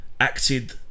acted